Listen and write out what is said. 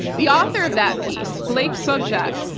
the author of that piece blake sobczak,